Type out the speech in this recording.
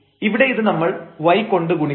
ഇവിടെ ഇത് നമ്മൾ y കൊണ്ട് ഗുണിക്കും